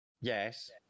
Yes